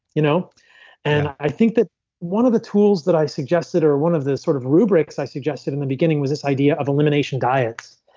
you know and i think that one of the tools that i suggested or one of the sort of rubrics i suggested in the beginning was this idea of elimination diet.